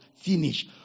Finish